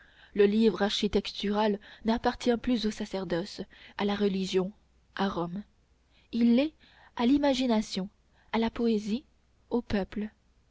le livre architectural n'appartient plus au sacerdoce à la religion à rome il est à l'imagination à la poésie au peuple